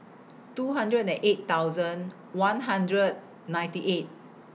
two hundred and eight thousand one hundred ninety eight